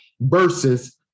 versus